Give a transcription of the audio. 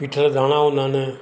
पीठल धाणा हूंदा आहिनि